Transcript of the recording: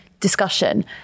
discussion